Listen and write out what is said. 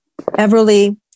Everly